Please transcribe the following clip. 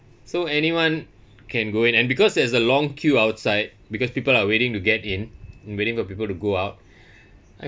so anyone can go in and because there's a long queue outside because people are waiting to get in and waiting for people to go out I